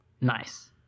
Nice